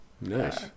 nice